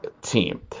team